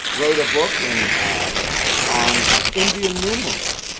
wrote a book in on ah indian numerals.